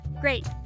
Great